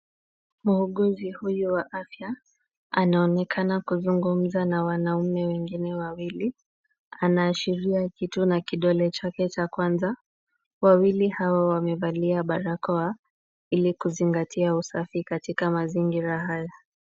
Muuguzi huyu wa afya anaonekana kuzungumza na wanaume wengine wawili, Anaashiria kitu na kidole chake cha kwanza, wawili hawa wamevalia barakoa ili kuzingatia usafi katika mazingira haya.